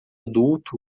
adulto